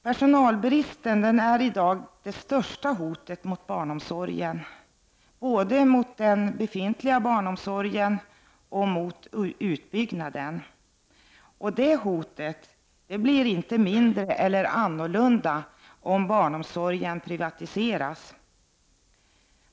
Personalbristen är i dag det största hotet mot barnomsorgen, både mot befintlig barnomsorg och mot utbyggnaden. Hotet blir inte mindre eller annorlunda om barnomsorgen privatiseras.